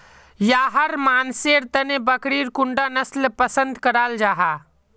याहर मानसेर तने बकरीर कुंडा नसल पसंद कराल जाहा?